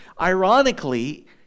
Ironically